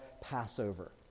Passover